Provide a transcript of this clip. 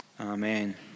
Amen